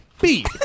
beef